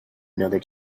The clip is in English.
another